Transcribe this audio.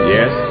Yes